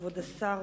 כבוד השר,